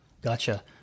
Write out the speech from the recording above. Gotcha